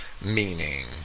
meaning